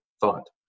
thought